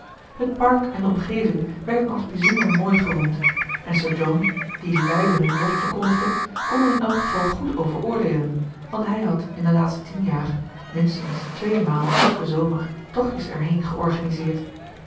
het park en de omgeving werden als bijzonder mooi geroemd en sir john die luide hun lof verkondigde kon er in elk geval goed over oordeelen want hij had in de laatste tien jaar minstens tweemaal elken zomer tochtjes erheen georganiseerd